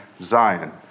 Zion